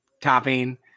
topping